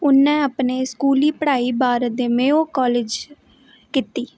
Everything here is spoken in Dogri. उ'न्नै अपनी स्कूली पढ़ाई भारत दे मेयो कालेज कीती